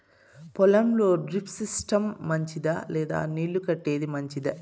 పొలం లో drip system మంచిదా లేదా నీళ్లు కట్టేది మంచిదా?